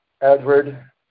Edward